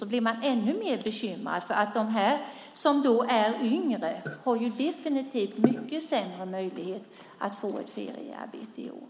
000, blir man ännu mer bekymrad. De som är yngre har ju definitivt mycket sämre möjlighet att få ett feriearbete i år.